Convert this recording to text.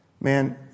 Man